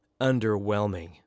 underwhelming